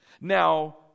Now